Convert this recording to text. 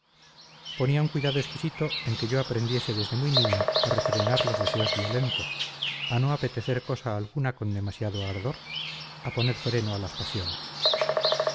un cuidado exquisito en que yo aprendiese desde muy niño a refrenar los deseos violentos a no apetecer cosa alguna con demasiado ardor a poner freno a las pasiones